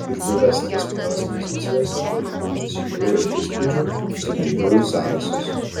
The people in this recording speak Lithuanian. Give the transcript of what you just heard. išbuvęs tris paras pozicijose kupinas žinių ir įspūdžių sugrįžau į zarasus